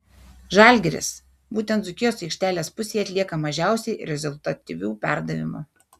žalgiris būtent dzūkijos aikštelės pusėje atlieka mažiausiai rezultatyvių perdavimų